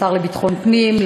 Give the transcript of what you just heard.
השר לביטחון פנים,